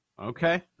Okay